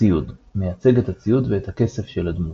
ציוד – מייצג את הציוד ואת הכסף של הדמות.